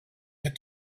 had